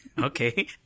Okay